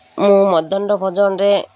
ମୁଁ ମଧ୍ୟାହ୍ନ ଭୋଜନରେ